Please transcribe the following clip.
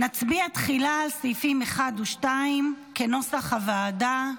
נצביע תחילה על סעיפים 1 ו-2 כנוסח הוועדה.